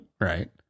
right